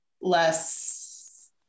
less